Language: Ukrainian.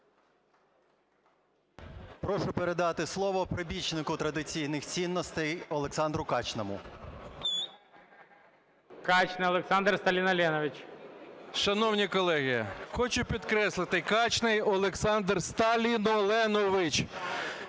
Прошу передати слово прибічнику традиційних цінностей Олександру Качному. ГОЛОВУЮЧИЙ. Качний Олександр Сталіноленович. 11:33:42 КАЧНИЙ О.С. Шановні колеги, хочу підкреслити, Качний Олександр Сталіноленович.